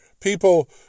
people